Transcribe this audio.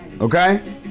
Okay